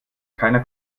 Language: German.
keiner